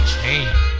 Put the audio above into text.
change